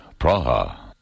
Praha